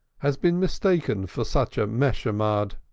has been mistaken for such a meshumad,